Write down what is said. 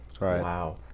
Wow